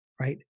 right